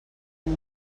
amb